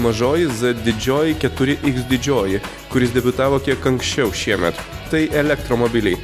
mažoji didžioji keturi iks didžioji kuris debiutavo kiek anksčiau šiemet tai elektromobiliai